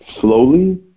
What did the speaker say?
slowly